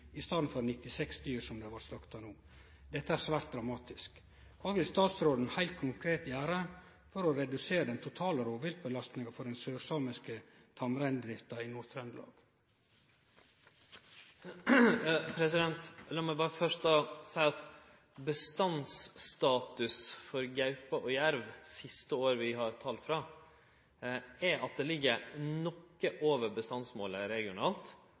som det var slakta no. Dette er svært dramatisk. Kva vil statsråden heilt konkret gjere for å redusere den totale rovviltbelastninga for den sørsamiske tamreindrifta i Nord-Trøndelag? Lat meg berre først seie at bestandsstatus for gaupe og jerv siste året vi har tal frå, er at talet ligg noko over bestandsmålet regionalt,